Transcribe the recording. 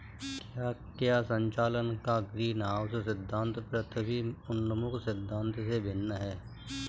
क्या संचालन का ग्रीनहाउस सिद्धांत पृथ्वी उन्मुख सिद्धांत से भिन्न है?